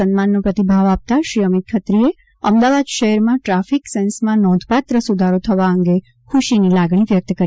સન્માનનો પ્રતિભાવ આપતાં શ્રી અમિત ખત્રીએ અમદાવાદ શહેરમાં ટ્રાફિક સેન્સમાં નોંધપાત્ર સુધારો થવા અંગે ખુશીની લાગણી વ્યક્ત કરી